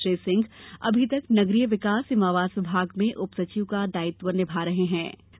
श्री सिंह अमी तक नगरीय विकास एवं आवास विभाग में उपसचिव का दायित्व निभा रहे थे